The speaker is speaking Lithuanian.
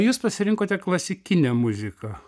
jūs pasirinkote klasikinę muziką